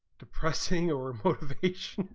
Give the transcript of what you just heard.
depressing our hope